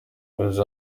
abayobozi